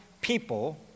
people